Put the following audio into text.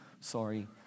Sorry